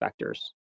vectors